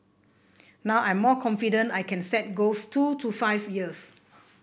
now I'm more confident I can set goals two to five years